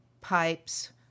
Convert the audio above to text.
pipes